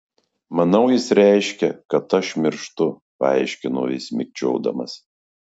manau jis reiškia kad aš mirštu paaiškino jis mikčiodamas